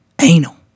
anal